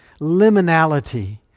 Liminality